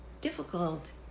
difficult